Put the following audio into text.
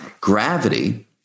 Gravity